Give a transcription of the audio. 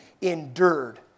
endured